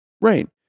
rain